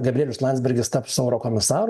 gabrielius landsbergis taps eurokomisaru